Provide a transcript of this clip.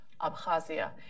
Abkhazia